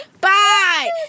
Bye